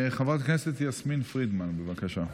חברת הכנסת יסמין פרידמן, בבקשה.